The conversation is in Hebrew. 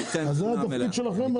זה התפקיד שלכם,